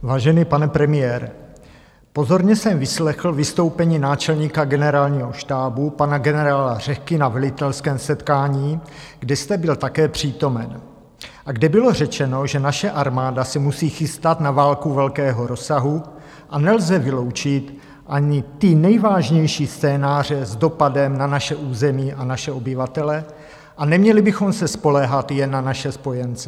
Vážený pane premiére, pozorně jsem vyslechl vystoupení náčelníka generálního štábu pana generála Řehky na velitelském setkání, kde jste byl také přítomen a kde bylo řečeno, že naše armáda se musí chystat na válku velkého rozsahu, nelze vyloučit ani ty nejvážnější scénáře s dopadem na naše území a naše obyvatele a neměli bychom se spoléhat jen na naše spojence.